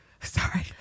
Sorry